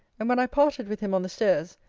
and when i parted with him on the stairs,